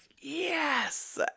Yes